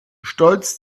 stolz